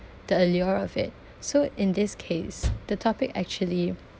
the allure of it so in this case the topic actually